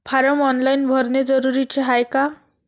Form online भरने जरुरीचे हाय का?